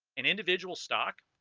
an individual stock